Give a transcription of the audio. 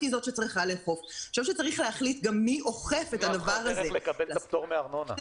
אתם צריכים לאפשר חיים לצד הקורונה.